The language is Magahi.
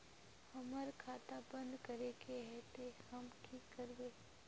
हमर खाता बंद करे के है ते हम की करबे?